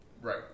Right